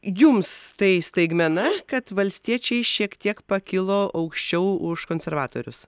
jums tai staigmena kad valstiečiai šiek tiek pakilo aukščiau už konservatorius